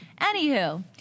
Anywho